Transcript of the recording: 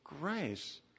grace